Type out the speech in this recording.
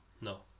no